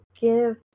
give